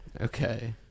Okay